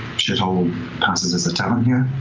shithole passes as a tavern here.